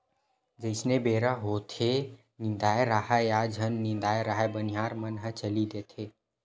जइसने बेरा होथेये निदाए राहय या झन निदाय राहय बनिहार मन ह चली देथे